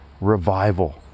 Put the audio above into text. revival